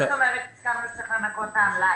מה זאת אומרת צריך לנכות את העמלה?